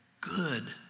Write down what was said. good